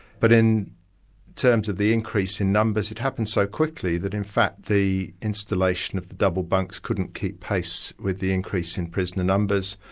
but in terms of the increase in numbers, it happened so quickly that in fact the installation of double bunks couldn't keep pace with the increase in prisoner numbers,